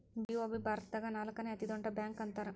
BOB ಭಾರತದಾಗ ನಾಲ್ಕನೇ ಅತೇ ದೊಡ್ಡ ಬ್ಯಾಂಕ ಅಂತಾರ